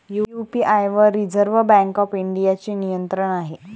UPI वर reserve bank of इंडियाचे नियंत्रण आहे